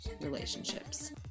relationships